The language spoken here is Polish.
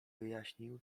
wyjaśnił